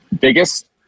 biggest